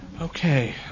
Okay